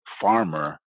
farmer